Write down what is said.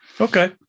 Okay